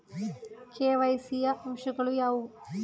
KYC ಯ ಅಂಶಗಳು ಯಾವುವು?